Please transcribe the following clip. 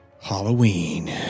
Halloween